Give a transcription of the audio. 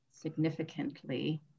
significantly